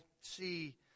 see